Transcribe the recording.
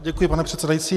Děkuji, pane předsedající.